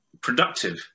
productive